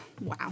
wow